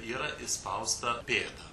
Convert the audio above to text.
yra įspausta pėda